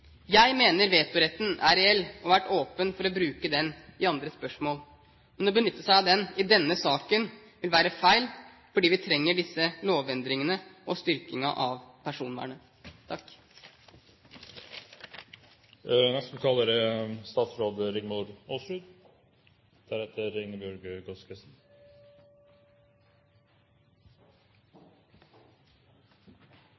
Jeg mener vetoretten er reell, og har vært åpen for å bruke den i andre spørsmål. Men å benytte seg av den i denne saken vil være feil, fordi vi trenger disse lovendringene og styrkingen av personvernet.